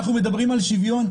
אנחנו מדברים על שוויון.